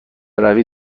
روی